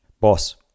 Boss